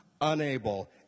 unable